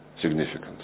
significance